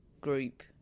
group